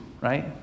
right